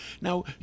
Now